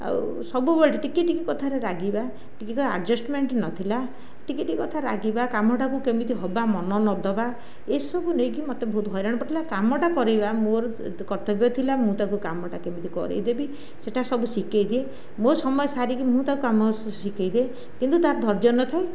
ଆଉ ସବୁବେଳେ ଟିକେ ଟିକେ କଥାରେ ରାଗିବାଟିକେ କଣ ଆଡ଼ଜଷ୍ଟମେଣ୍ଟ ନଥିଲା ଟିକେ ଟିକେ କଥାରେ ରାଗିବା କାମଟାକୁ କେମିତି ହେବା ମନ ନଦେବା ଏହିସବୁ ନେଇକି ମୋତେ ବହୁତ ହଇରାଣ କରୁଥିଲା କାମଟା କରାଇବା ମୋର କର୍ତ୍ତବ୍ୟ ଥିଲା ମୁଁ ତାକୁ କାମଟା କେମିତି କରାଇଦେବି ସେଟା ସବୁ ଶିଖାଇଦିଏ ମୋ ସମୟ ସାରିକି ମୁଁ ତାକୁ କାମ ଶିଖାଇଦିଏ କିନ୍ତୁ ତା'ର ଧର୍ଯ୍ୟ ନଥାଏ